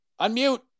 Unmute